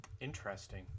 Interesting